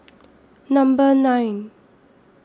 Number nine